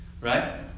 Right